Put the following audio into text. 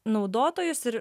naudotojus ir